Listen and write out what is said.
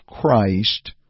Christ